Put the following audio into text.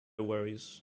worries